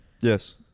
Yes